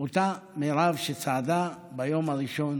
אותה מירב שצעדה ביום הראשון